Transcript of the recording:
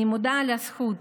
אני מודה על הזכות